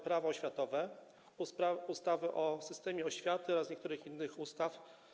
Prawo oświatowe, ustawy o systemie oświaty oraz niektórych innych ustaw.